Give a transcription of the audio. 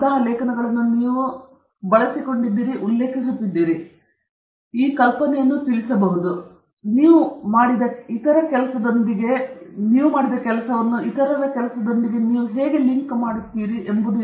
ಆ ಲೇಖನಗಳನ್ನು ನೀವು ಉಲ್ಲೇಖಿಸುತ್ತಿದ್ದೀರಿ ಆದ್ದರಿಂದ ನೀವು ಈ ಕಲ್ಪನೆಯನ್ನು ತಿಳಿಸಬಹುದು ಆದ್ದರಿಂದ ನೀವು ಮಾಡಿದ ಇತರ ಕೆಲಸದೊಂದಿಗೆ ನೀವು ಹೇಗೆ ಲಿಂಕ್ ಮಾಡುತ್ತೀರಿ ಎಂಬುದು